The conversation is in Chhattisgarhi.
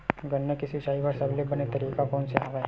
गन्ना के सिंचाई बर सबले बने तरीका कोन से हवय?